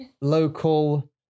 local